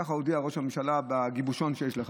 ככה הודיע ראש הממשלה בגיבושון שיש לך,